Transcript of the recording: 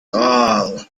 all